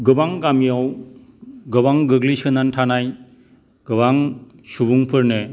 गोबां गामियाव गोबां गोग्लैसोनानै थानाय गोबां सुबुंफोरनो